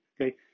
okay